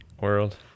world